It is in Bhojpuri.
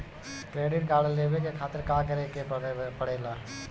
क्रेडिट कार्ड लेवे के खातिर का करेके पड़ेला?